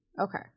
Okay